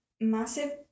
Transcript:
Massive